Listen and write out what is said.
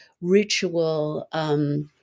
ritual